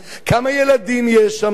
כמה ילדים יש שם,